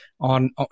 on